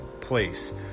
place